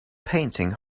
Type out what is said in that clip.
painting